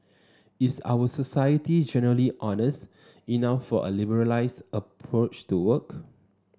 is our society generally honest enough for a liberalised approach to work